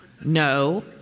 no